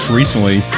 recently